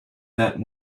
that